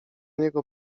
niego